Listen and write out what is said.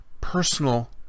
personal